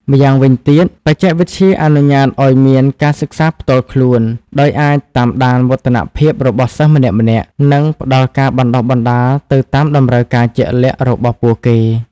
ម្យ៉ាងវិញទៀត បច្ចេកវិទ្យាអនុញ្ញាតឱ្យមាន ការសិក្សាផ្ទាល់ខ្លួន ដោយអាចតាមដានវឌ្ឍនភាពរបស់សិស្សម្នាក់ៗ និងផ្តល់ការបណ្តុះបណ្តាលទៅតាមតម្រូវការជាក់លាក់របស់ពួកគេ។